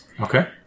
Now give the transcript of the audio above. Okay